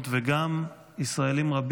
וגם ישראלים רבים,